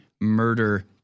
murder –